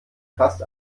fast